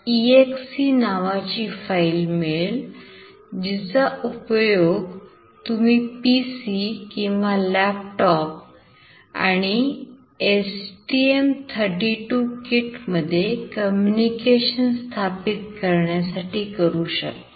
exe नावाची file मिळेल जिचा उपयोग तुम्ही PC किंवा लॅपटॉप आणि STM32 kit मध्ये कम्युनिकेशन स्थापित करण्यासाठी करू शकता